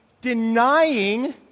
denying